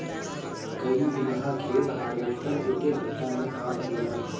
कई बिगहा खेत हार्वेस्टर एके घंटा में काट देला